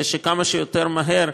וכמה שיותר מהר,